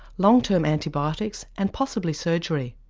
long term antibiotics and possibly surgery,